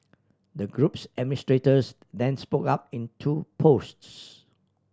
the group's administrators then spoke up in two posts